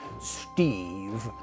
Steve